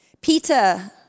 Peter